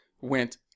went